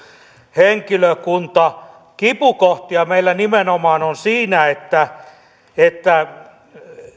henkilökunta kipukohtia meillä nimenomaan on siinä että että